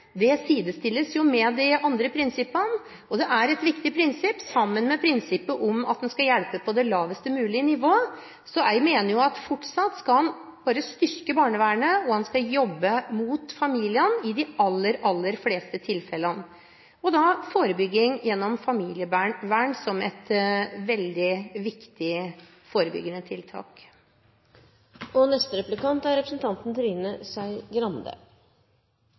det sidestilles med de andre prinsippene. Det er et viktig prinsipp sammen med prinsippet om at en skal hjelpe på det lavest mulige nivå. Så jeg mener at en fortsatt bare skal styrke barnevernet, og at en skal jobbe mot familiene i de aller fleste tilfellene. Da er forebygging gjennom familievern et veldig viktig forebyggende tiltak.